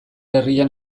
herrian